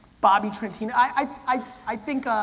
bobby tarantino? i i think